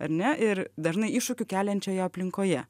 ar ne ir dažnai iššūkių keliančioje aplinkoje